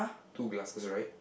two glasses right